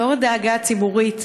לנוכח הדאגה הציבורית,